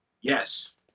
Yes